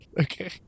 Okay